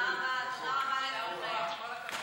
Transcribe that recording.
ההצעה להעביר את הצעת חוק